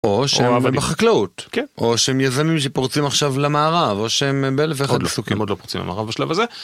או שהם עובדים בחקלאות, או שהם יזמים שפורצים עכשיו למערב, או שהם ב-1001 עיסוקים עוד לא פורצים למערב בשלב הזה.